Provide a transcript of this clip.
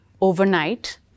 overnight